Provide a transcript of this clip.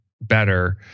better